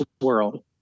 world